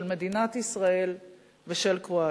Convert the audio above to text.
של מדינת ישראל ושל קרואטיה.